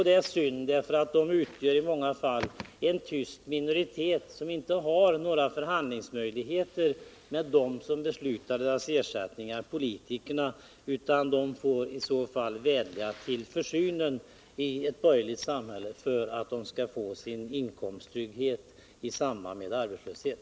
Det är synd, eftersom de i många fall utgör en tyst minoritet, som inte har några möjligheter till förhandlingar med dem som beslutar om deras ersättningar, nämligen politikerna. De får vädja till försynen i ett borgerligt samhälle om att få sin inkomsttrygghet i samband med arbetslöshet.